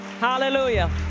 Hallelujah